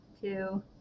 two